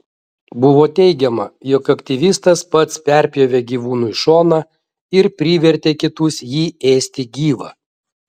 buvo teigiama jog aktyvistas pats perpjovė gyvūnui šoną ir privertė kitus jį ėsti gyvą